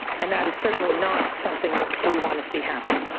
and that is certainly not something we want to see happen.